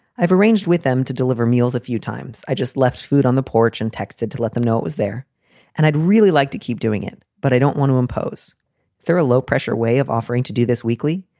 i've arranged with them to deliver meals a few times. i just left food on the porch and texted to let them know it was there and i'd really like to keep doing it. but i don't want to impose through a low pressure way of offering to do this weekly.